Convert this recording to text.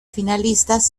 finalistas